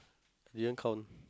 didn't count